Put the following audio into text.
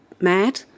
mad